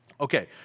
Okay